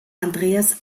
andreas